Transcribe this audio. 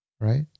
right